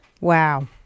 Wow